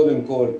קודם כל,